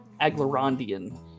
Aglarondian